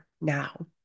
now